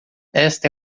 esta